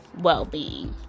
well-being